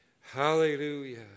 Hallelujah